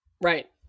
right